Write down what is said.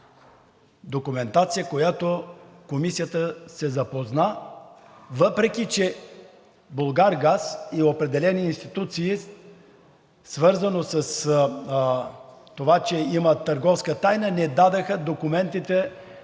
документация, с която Комисията се запозна, въпреки че „Булгаргаз“ и определени институции, свързано с това, че има търговска тайна, не дадоха документите